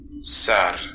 Sir